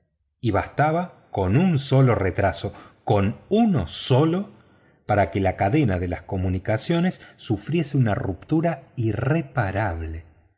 y bastaba con un solo retraso con uno solo para que la cadena de las comunicaciones sufriese una ruptura irreparable